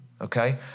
okay